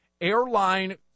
Airline